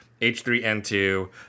H3N2